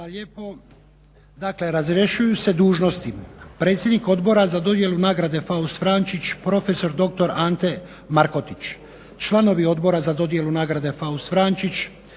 Hvala lijepo. Dakle, razrješuju se dužnosti predsjednik Odbora za dodjelu nagrade "Faust Vrančić" prof.dr. Ante Markotić, članovi Odbora za dodjelu nagrade "Faust Vrančić"